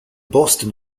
boston